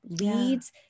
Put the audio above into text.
leads